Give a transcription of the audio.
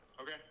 Okay